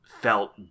felt